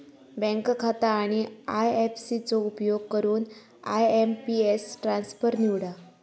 bank खाता आणि IFC चो उपयोग करून आय.एम.पी.एस ट्रान्सफर निवडा